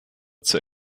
zur